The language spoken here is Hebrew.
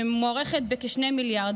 שמוערכת בכ-2 מיליארד,